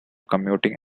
commuting